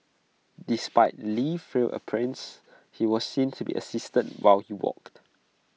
despite Li's frail appearance he was seen to be assisted while he walked